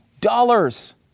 dollars